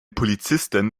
polizisten